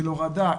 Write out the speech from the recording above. של הורדה,